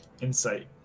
Insight